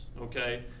okay